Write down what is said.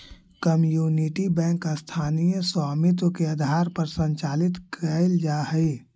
community bank स्थानीय स्वामित्व के आधार पर संचालित कैल जा हइ